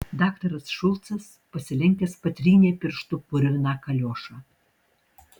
daktaras šulcas pasilenkęs patrynė pirštu purviną kaliošą